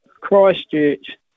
Christchurch